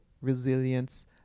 resilience